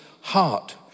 heart